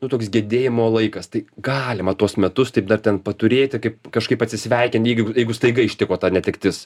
nu toks gedėjimo laikas tai galima tuos metus taip dar ten paturėti kaip kažkaip atsisveikint jeigu jeigu staiga ištiko ta netektis